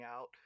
out